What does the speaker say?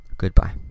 Goodbye